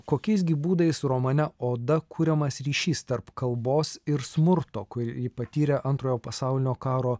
kokiais gi būdais romane oda kuriamas ryšys tarp kalbos ir smurto kurį patyrė antrojo pasaulinio karo